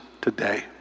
today